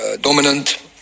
dominant